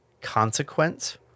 consequence